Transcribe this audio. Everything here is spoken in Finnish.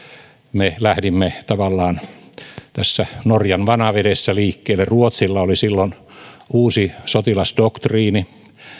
me lähdimme tavallaan tässä norjan vanavedessä liikkeelle ruotsilla oli silloin uusi sotilasdoktriini